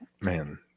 man